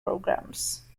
programs